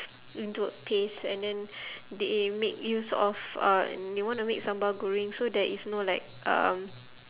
into a paste and then they made use of uh they want to make sambal goreng so there is no like um